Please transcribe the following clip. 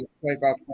play-by-play